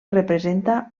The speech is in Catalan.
representa